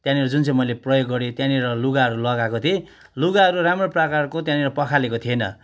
त्यहाँनिर जुन चाहिँ मैले प्रयोग गरेँ त्यहाँनिर लुगाहरू लगाएको थिएँ लुगाहरू राम्रो प्रकारको त्यहाँनिर पखालेको थिएन